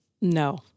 No